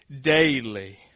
daily